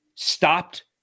stopped